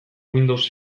windows